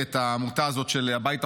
מנהלת העמותה "הביתה,